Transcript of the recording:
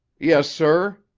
yes, sir,